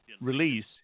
release